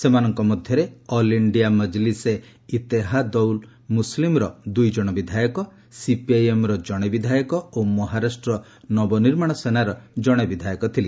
ସେମାନଙ୍କ ମଧ୍ୟରେ all India Majlise Ittehadul ମୁସଲିମୀର ଦୁଇ ଜଶ ବିଧାୟକ ସିପିଆଇଏମ୍ର ଜଣେ ବିଧାୟକ ଓ ମହାରାଷ୍ଟ୍ର ନବନିର୍ମାଣ ସେନାର ଜଣେ ବିଧାୟକ ଥିଲେ